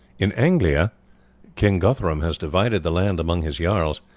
in anglia king guthrum has divided the land among his jarls,